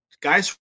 guys